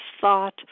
thought